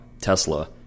Tesla